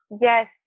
Yes